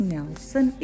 Nelson